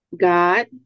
God